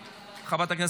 תועבר לוועדת הכנסת,